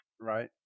Right